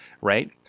right